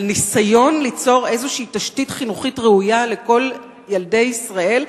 על ניסיון ליצור איזו תשתית חינוכית ראויה לכל ילדי ישראל.